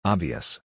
Obvious